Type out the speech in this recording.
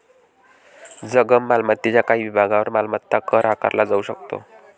जंगम मालमत्तेच्या काही विभागांवर मालमत्ता कर आकारला जाऊ शकतो